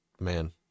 man